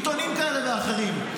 עיתונים כאלה ואחרים,